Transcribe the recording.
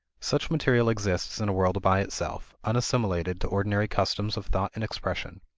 such material exists in a world by itself, unassimilated to ordinary customs of thought and expression.